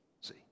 See